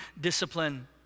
discipline